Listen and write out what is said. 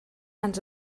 ens